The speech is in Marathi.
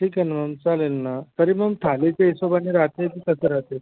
ठीक आहे ना मॅम चालेल ना तरी पण थालीच्या हिशेबाने राहते की कसं राहते